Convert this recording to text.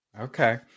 Okay